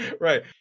right